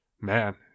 man